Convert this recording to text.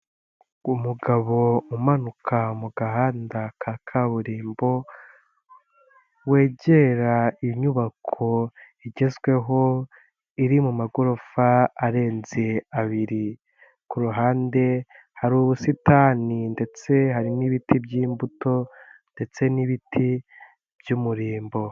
Umugabo umanuka mu gahanda ka kaburimbo wegera inyubako igezweho iri mu magorofa arenze abiri, ku ruhande hari ubusitani ndetse hari n'ibiti by'imbuto ndetse n'ibiti by'umurimbo.